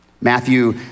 Matthew